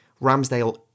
Ramsdale